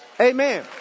Amen